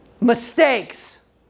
Mistakes